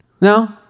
No